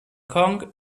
kong